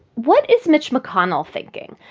what is mitch mcconnell thinking?